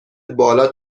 بالا